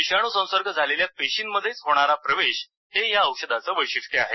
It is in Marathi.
विषाणूसंसर्ग झालेल्या पेशींमध्येच होणारा प्रवेश हे या औषधाचं वैशिष्ट्य आहे